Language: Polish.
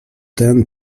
ten